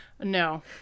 No